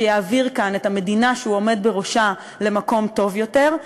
שיעביר כאן את המדינה שהוא עומד בראשה למקום טוב יותר,